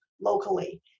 locally